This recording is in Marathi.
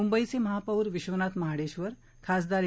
मुंबईचे महापौर विश्वनाथ महाडेश्वर खासदार ए